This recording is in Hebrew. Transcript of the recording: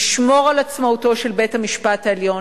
לשמור על עצמאותו של בית-המשפט העליון,